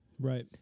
Right